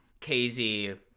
KZ